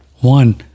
one